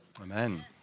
Amen